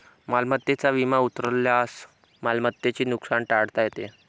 मालमत्तेचा विमा उतरवल्यास मालमत्तेचे नुकसान टाळता येते